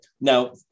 Now